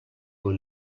con